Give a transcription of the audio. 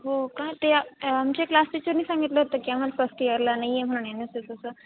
हो का ते आमच्या क्लास टीचरनी सांगितलं होतं की आम्हाला फस्ट इयरला नाही आहे म्हणं एन एस एसचं